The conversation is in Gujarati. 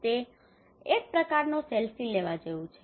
તે એક પ્રકારનો સેલ્ફી લેવા જેવુ છે